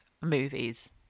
movies